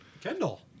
Kendall